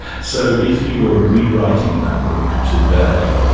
so if you were rewriting that book today,